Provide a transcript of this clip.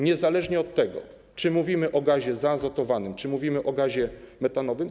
Niezależnie od tego, czy mówimy o gazie zaazotowanym, czy o gazie metanowym.